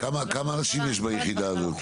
כמה אנשים יש ביחידה הזאת?